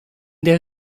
der